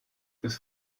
bis